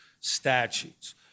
statutes